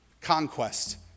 conquest